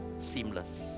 seamless